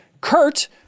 Kurt